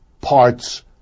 parts